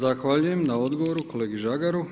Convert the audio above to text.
Zahvaljujem na odgovoru kolegi Žagaru.